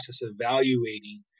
evaluating